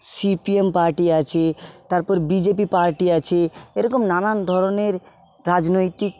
CPM party আছে তারপর BJP party আছে এরকম নানা ধরনের রাজনৈতিক